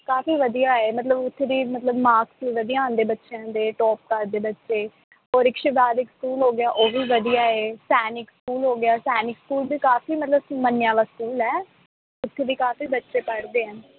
ਕਾਫੀ ਵਧੀਆ ਹੈ ਮਤਲਬ ਉੱਥੇ ਦੇ ਮਤਲਬ ਮਾਰਕਸ ਵੀ ਵਧੀਆ ਆਉਂਦੇ ਬੱਚਿਆਂ ਦੇ ਟੋਪ ਕਰਦੇ ਬੱਚੇ ਹੋਰ ਇੱਕ ਸ਼ਿਵਾਲਿਕ ਸਕੂਲ ਹੋ ਗਿਆ ਉਹ ਵੀ ਵਧੀਆ ਹੈ ਸੈਨਿਕ ਸਕੂਲ ਹੋ ਗਿਆ ਸੈਨਿਕ ਸਕੂਲ ਵੀ ਕਾਫੀ ਮਤਲਬ ਮੰਨਿਆ ਵਾ ਸਕੂਲ ਹੈ ਉੱਥੇ ਵੀ ਕਾਫੀ ਬੱਚੇ ਪੜ੍ਹਦੇ ਆ